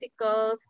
articles